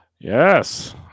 yes